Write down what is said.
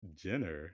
Jenner